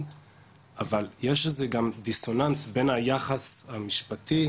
גם אנחנו צריכים וגם משטרת ישראל.